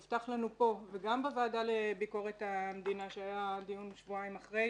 הובטח לנו פה וגם בוועדה לביקורת המדינה שהיה דיון שבועיים אחרי,